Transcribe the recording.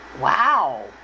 Wow